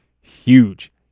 huge